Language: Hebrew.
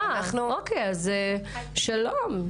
אה, שלום.